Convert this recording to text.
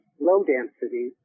low-density